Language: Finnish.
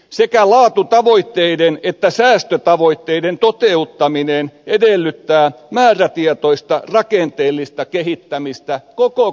sekä laatutavoitteiden että säästötavoitteiden toteuttaminen edellyttää määrätietoista rakenteellista kehittämistä koko korkeakoululaitoksessa